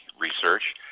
research